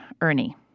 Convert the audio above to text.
Ernie